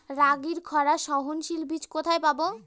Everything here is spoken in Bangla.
রাগির খরা সহনশীল বীজ কোথায় পাবো?